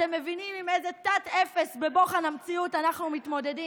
אתם מבינים עם איזה תת-אפס בבוחן המציאות אנחנו מתמודדים?